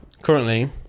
currently